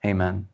Amen